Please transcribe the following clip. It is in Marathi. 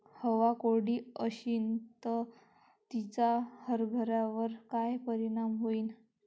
हवा कोरडी अशीन त तिचा हरभऱ्यावर काय परिणाम होईन?